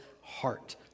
heart